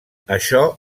això